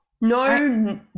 no